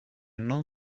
non